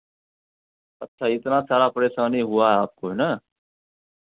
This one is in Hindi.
अच्छा इतना सारा परेशानी हुआ है आपको है ना